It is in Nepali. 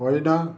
होइन